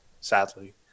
sadly